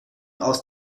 aus